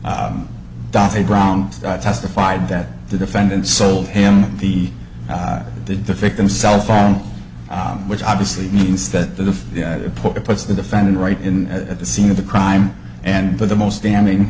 ground testified that the defendant sold him the the the victim cell phone which obviously means that the put it puts the defendant right in at the scene of the crime and for the most damning